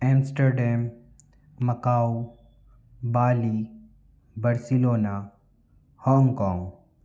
Amsterdam Macau Bali Barcelona Hong Kong